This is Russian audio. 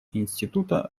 института